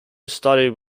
studied